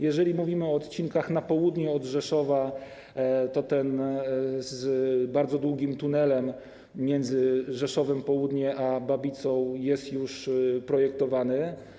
Jeżeli mówimy o odcinkach na południe od Rzeszowa, to ten z bardzo długim tunelem między Rzeszowem Południe a Babicą jest już projektowany.